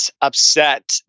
upset